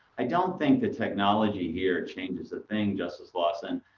i don't think the technology here changes a thing, justice lawson.